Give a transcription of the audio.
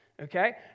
Okay